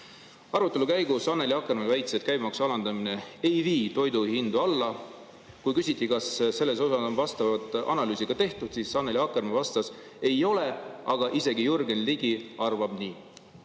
Arutelu käigus väitis Annely Akkermann, et käibemaksu alandamine ei vii toiduhindu alla. Kui küsiti, kas selles osas on vastavat analüüsi ka tehtud, siis Annely Akkermann vastas, et ei ole, aga isegi Jürgen Ligi arvab nii.